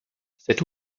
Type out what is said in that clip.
cet